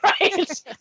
right